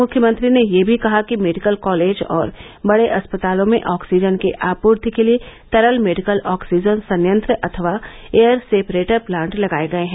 मुख्यमंत्री ने यह भी कहा कि मेडिकल कॉलेज और बड़े अस्पतालों में ऑक्सीजन की आपूर्ति के लिये तरल मेडिकल ऑक्सीजन संयंत्र अथवा एयर सेपरेटर प्लांट लगाये गये हैं